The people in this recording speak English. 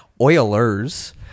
Oilers